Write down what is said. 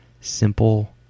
simple